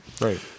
right